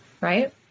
right